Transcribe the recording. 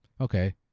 okay